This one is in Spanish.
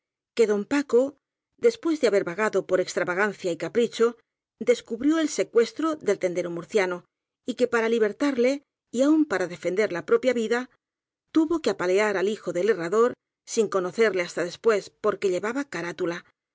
que don paco después de haber vagado por extravagancia y capricho descu brió el secuestro ú tendero murciano y que para libertarle y aun para defender la propia vida tuvo que apalear al hijo del herrador sin conocerle has ta después porque llevaba carátula